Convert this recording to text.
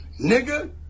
nigga